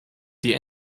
die